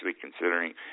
considering